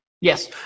Yes